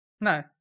No